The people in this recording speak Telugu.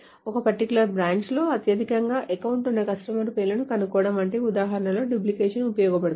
ఒక పర్టికులర్ బ్రాంచ్ లో అత్యధికంగా ఒక అకౌంట్ ఉన్న కస్టమర్ల పేర్లను కనుగొనడం వంటి ఉదాహరణలలో డూప్లికేషన్ ఉపయోగపడుతుంది